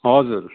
हजुर